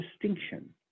distinction